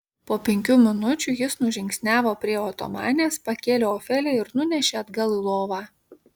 po penkių minučių jis nužingsniavo prie otomanės pakėlė ofeliją ir nunešė atgal į lovą